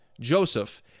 Joseph